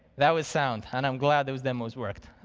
that was sound. and i'm glad those demos worked.